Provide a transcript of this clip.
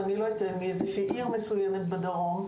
מעיר מסוימת בדרום,